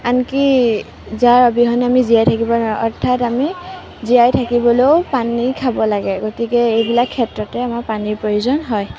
আনকি যাৰ অবিহনে আমি জীয়াই থাকিব নোৱাৰোঁ অৰ্থাৎ আমি জীয়াই থাকিবলৈয়ো পানী খাব লাগে গতিকে এইবিলাক ক্ষেত্ৰতে আমাক পানীৰ প্ৰয়োজন হয়